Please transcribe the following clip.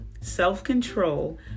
self-control